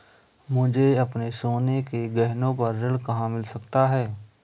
मुझे अपने सोने के गहनों पर ऋण कहाँ मिल सकता है?